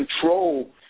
control